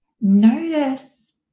Notice